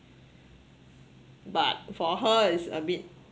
but for her is a bit